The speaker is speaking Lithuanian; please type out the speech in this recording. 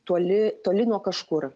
toli toli nuo kažkur